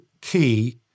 key